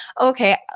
okay